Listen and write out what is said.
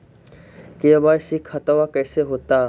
KYC खतबा कैसे होता?